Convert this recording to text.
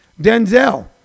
Denzel